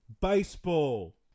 Baseball